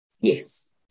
Yes